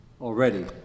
Already